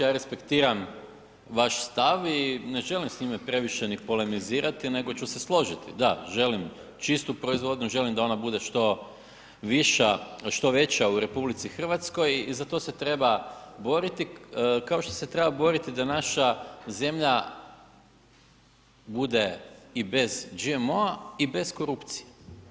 Ja respektiram vaš stav i ne želim s njime previše ni polemizirati nego ću se složiti, da želim čistu proizvodnju, želim da ona bude što viša, što veća u RH i za to se treba boriti, kao što se treba boriti da naša zemlja bude i bez GMO-a i bez korupcije.